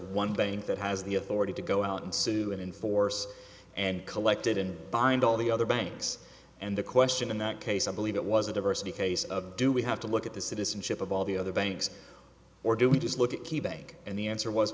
bank that has the authority to go out and sue and enforce and collected and bind all the other banks and the question in that case i believe it was a diversity case of do we have to look at the citizenship of all the other banks or do we just look at key bank and the answer was